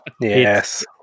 Yes